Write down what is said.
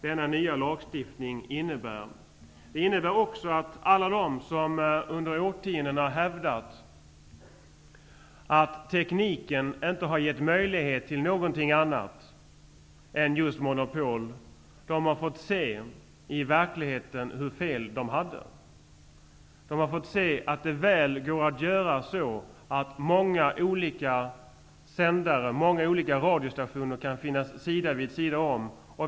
Den innebär också att alla de som under årtionden hävdat att tekniken inte har givit möjlighet till någonting annat än monopol, i verkligheten har fått se hur fel de hade. De har fått se att många olika radiostationer kan finnas sida vid sida.